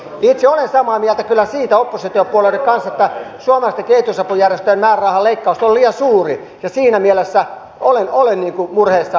itse olen samaa mieltä kyllä siitä oppositiopuolueiden kanssa että suomalaisten kehitysapujärjestöjen määrärahaleikkaus on liian suuri ja siinä mielessä olen murheissani jos tähän ei saada korjausta